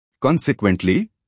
Consequently